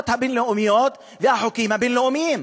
הבין-לאומיות והחוקים הבין-לאומיים.